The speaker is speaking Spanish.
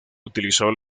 utilizó